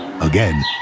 Again